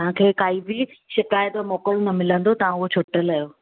तव्हां खे काई बि शिकाइत जो मौक़ो बि न मिलंदो तव्हां उहो छुटल आहियो